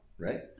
Right